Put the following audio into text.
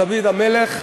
דוד המלך,